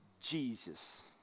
Jesus